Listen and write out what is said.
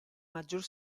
maggior